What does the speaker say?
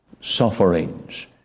sufferings